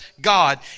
God